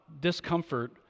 discomfort